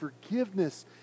forgiveness